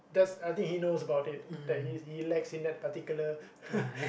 that's I think he knows about it that he he lacks in that particular